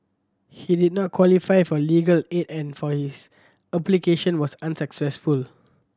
he did not qualify for legal aid and for his application was unsuccessful